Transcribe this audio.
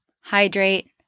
hydrate